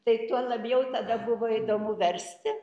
tai tuo labiau tada buvo įdomu versti